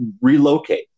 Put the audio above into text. relocate